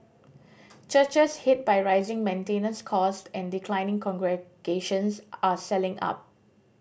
churches hit by rising maintenance cost and declining congregations are selling up